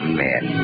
men